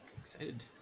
excited